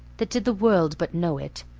that did the world but know it,